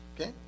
okay